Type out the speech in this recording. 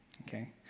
okay